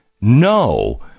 No